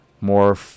more